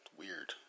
weird